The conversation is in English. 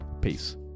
Peace